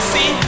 See